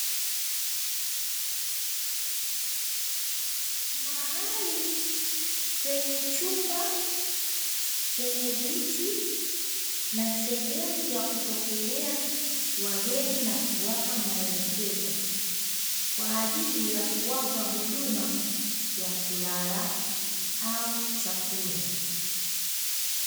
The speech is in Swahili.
Mahali penye chumba chenye viti na sehemu ya kupokelea wageni na kuwapa maelekezo, kwa ajili ya kuwapa huduma ya kulala au chakula.